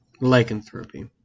lycanthropy